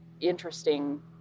interesting